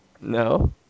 No